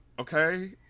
okay